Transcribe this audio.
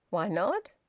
why not?